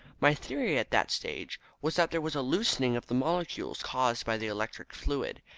my theory at that stage was that there was a loosening of the molecules caused by the electric fluid,